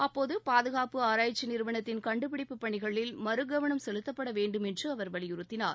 அப்போது பாதுகாப்பு ஆராய்ச்சி நிறுவனத்தின் கண்டுபிடிப்புப் பணிகளில் மறுகவனம் செலுத்தப்பட வேண்டும் என்று அவர் வலியுறுத்தினார்